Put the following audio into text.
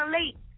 late